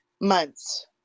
Months